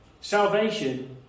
Salvation